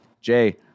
Jay